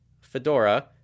Fedora